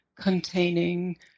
containing